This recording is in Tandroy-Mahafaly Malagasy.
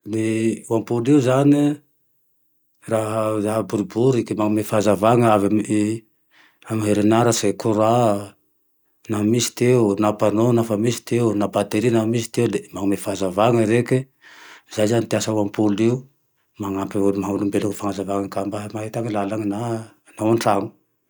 Le io ampoly io zane e, raha bobriboriky manome fahazana avy amy i herin'aratsy, kora naho misy ty eo, na panneau nafa misy ty eo, na batery naho misy ty eo le manome fahazana reke. Zay zane ty asay ampoly io namapy avao amy maha olombelo amy fahazavagne ka mba ahitany lalagne, na ao antrano.